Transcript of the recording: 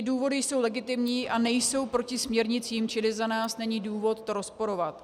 Důvody jsou legitimní a nejsou proti směrnicím, čili za nás není důvod rozporovat.